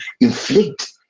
inflict